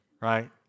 right